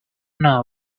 know